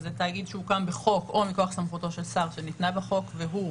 שזה תאגיד שהוקם בחוק או מכוח סמכותו של שר שניתנה בחוק והוא